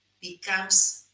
becomes